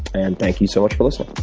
and thank you so much for listening